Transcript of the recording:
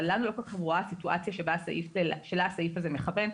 אבל לנו לא כל כך ברורה הסיטואציה שלה הסעיף הזה מכוון.